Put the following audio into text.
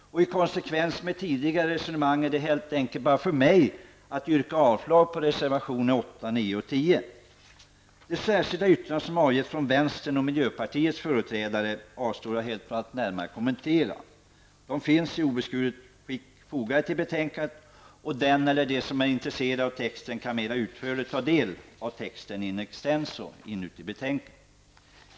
Det är bara för mig att helt enkelt yrka avslag på reservationerna 8, 9 och 10 i konsekvens med tidigare resonemang. De särskilda yttranden som vänsterpartiets och miljöpartiets företrädare har avgett avstår jag helt från att kommentera. De finns i obeskuret skick fogat till betänkandet, och den eller de som är intresserade av texten kan mer utförligt ta del av den in extenso i betänkandet.